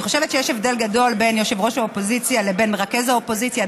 אני חושבת שיש הבדל גדול בין יושב-ראש האופוזיציה לבין מרכז האופוזיציה.